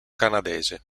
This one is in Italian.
canadese